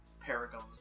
Paragon's